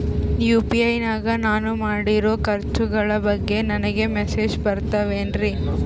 UPI ನಾಗ ನಾನು ಮಾಡಿರೋ ಖರ್ಚುಗಳ ಬಗ್ಗೆ ನನಗೆ ಮೆಸೇಜ್ ಬರುತ್ತಾವೇನ್ರಿ?